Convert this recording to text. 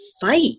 fight